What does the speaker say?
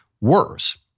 worse